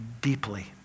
deeply